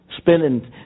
Spending